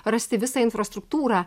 rasti visą infrastruktūrą